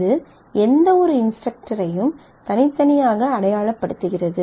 இது எந்தவொரு இன்ஸ்டரக்டரையும் தனித்தனியாக அடையாளப்படுத்துகிறது